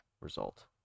result